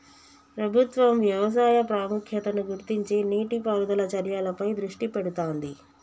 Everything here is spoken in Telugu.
ప్రభుత్వం వ్యవసాయ ప్రాముఖ్యతను గుర్తించి నీటి పారుదల చర్యలపై దృష్టి పెడుతాంది